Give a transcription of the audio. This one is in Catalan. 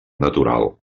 natural